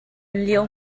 lio